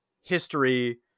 history